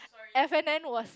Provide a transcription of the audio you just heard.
F and N was